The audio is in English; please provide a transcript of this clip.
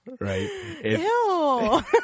Right